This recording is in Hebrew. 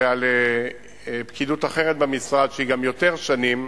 ועל פקידות אחרת במשרד, שהיא גם יותר שנים,